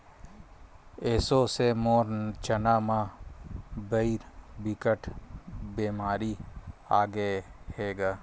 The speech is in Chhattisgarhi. एसो से मोर चना म भइर बिकट बेमारी आगे हे गा